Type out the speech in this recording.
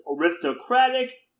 aristocratic